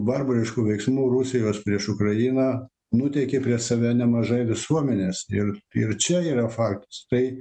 barbariškų veiksmų rusijos prieš ukrainą nuteikė prieš save nemažai visuomenės ir ir čia yra faktas tai